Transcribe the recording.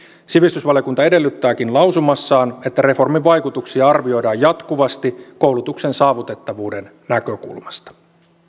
sivistysvaliokunta edellyttääkin lausumassaan että reformin vaikutuksia arvioidaan jatkuvasti koulutuksen saavutettavuuden näkökulmasta